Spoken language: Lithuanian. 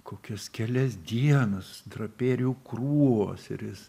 kokias kelias dienas draperijų krūvos ir jis